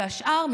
והשאר,